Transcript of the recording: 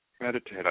meditate